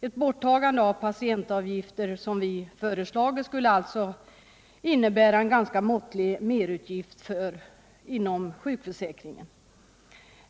Ett borttagande av patientavgifter, som vi föreslagit, skulle alltså innebära en ganska måttlig merutgift inom sjukförsäkringen.